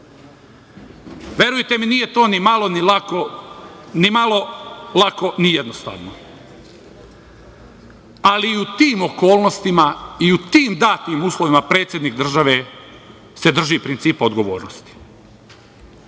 to ni malo, ni lako, ni malo lako, ni jednostavno, ali u tim okolnostima i u tim datim uslovima predsednik države se drži principa odgovornosti.